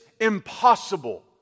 impossible